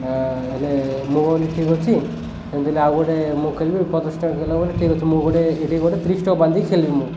ହେଲେ ମୁଁ ବୋଲି ଠିକ୍ ଅଛି ସେମିତି ହେନ୍ତି ହେଲେ ଆଉ ଗୋଟେ ମୁଁ ଖେଳିବି ପଚାଶ୍ ଟଙ୍କା ଖଳିଲା ବୋଲି ଠିକ୍ ଅଛି ମୁଁ ଗୋଟେ ଏଠି ଗୋଟେ ତିରିଶ ଟଙ୍କା ବାନ୍ଧି ଖେଳିବି ମୁଁ